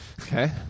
Okay